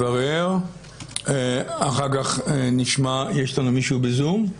ואחר כך יעלו בזום.